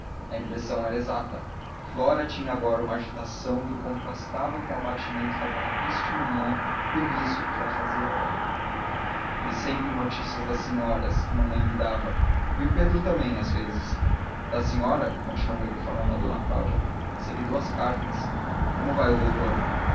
a impressão era exata flora tinha agora uma agitação que contrastava com o abatimento daquela triste manhã e um riso que a fazia alegre tive sempre notícias das senhoras que mamãe me dava e pedro também às vezes da senhora continuou ele falando a d cláudia recebi duas cartas como vai o doutor